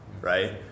right